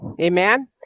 Amen